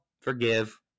forgive